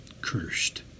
cursed